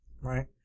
right